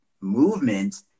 movement